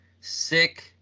sick